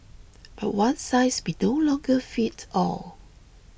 but one size may no longer fit all